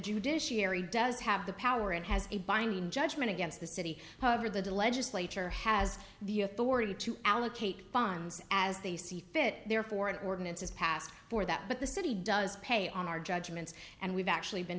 judiciary does have the power and has a binding judgment against the city or the did legislature has the authority to allocate funds as they see fit therefore an ordinance is passed for that but the city does pay on our judgments and we've actually been